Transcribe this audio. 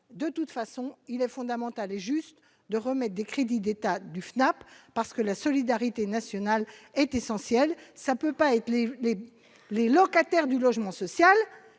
de toute façon, il est fondamental, et juste de Rome et des crédits d'État du FNAP parce que la solidarité nationale est essentiel, ça peut pas être les locataires du logement social